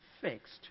fixed